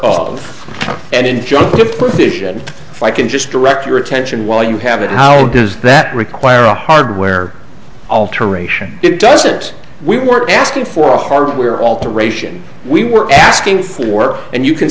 fission if i can just direct your attention while you have it how does that require a hardware alteration it does it we weren't asking for hardware alteration we were asking for and you can